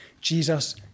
Jesus